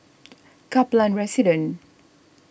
Kaplan Residence